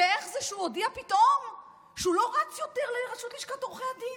ואיך זה שהוא הודיע פתאום שהוא לא רץ יותר לרשות לשכת עורכי הדין.